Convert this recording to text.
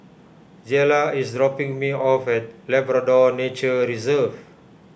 Jayla is dropping me off at Labrador Nature Reserve